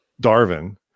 Darwin